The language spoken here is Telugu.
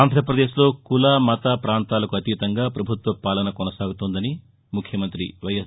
ఆంధ్రాపదేశ్లో కుల మత ప్రాంతాలకు అతీతంగా ప్రభుత్వ పాలన కొనసాగుతోందని ను ముఖ్యమంతి వైఎస్